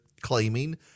claiming